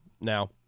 Now